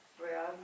real